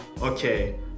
okay